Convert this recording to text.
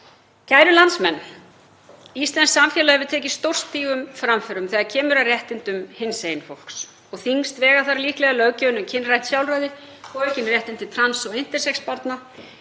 Kæru landsmenn. Íslenskt samfélag hefur tekið stórstígum framförum þegar kemur að réttindum hinsegin fólks. Þyngst vega líklega löggjöfin um kynrænt sjálfræði og aukin réttindi trans og intersex barna